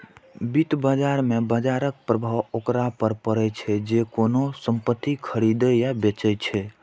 वित्त बाजार मे बाजरक प्रभाव ओकरा पर पड़ै छै, जे कोनो संपत्ति खरीदै या बेचै छै